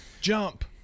Jump